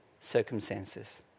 circumstances